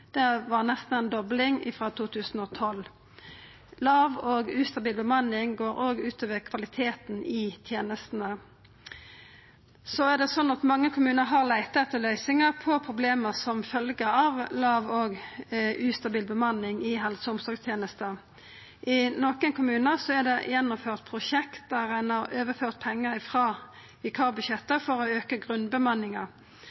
Det var nesten ei dobling frå 2012. Låg og ustabil bemanning går òg ut over kvaliteten i tenestene. Mange kommunar har leita etter løysingar på problema som følgje av låg og ustabil bemanning i helse- og omsorgstenesta. I nokre kommunar er det gjennomført prosjekt der ein har overført pengar